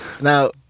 now